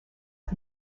and